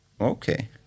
Okay